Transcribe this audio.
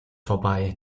vorbei